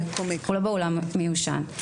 לא בעולם מיושן.